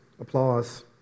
applause